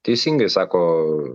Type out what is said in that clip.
teisingai sako